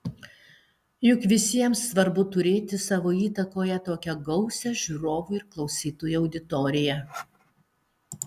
juk visiems svarbu turėti savo įtakoje tokią gausią žiūrovų ir klausytojų auditoriją